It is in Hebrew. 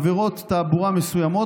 עבירות תעבורה מסוימות,